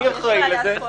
מי אחראי לזה?